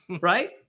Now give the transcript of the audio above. right